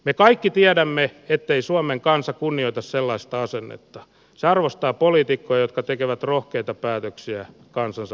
me kaikki tiedämme ettei suomen kansa kunnioita sellaista asennetta se arvostaa poliitikkoja jotka tekevät rohkeita päätöksiä kansansa